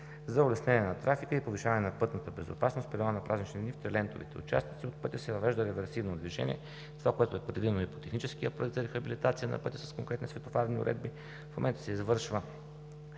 За улеснение на трафика и повишаване на пътната безопасност в периода на празнични дни в трилентовите участъци от пътя се въвежда реверсивно движение. Това, което е предвидено и по Техническия проект за рехабилитация на пътя – с конкретни светофарни уредби. В момента се извършва,